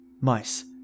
Mice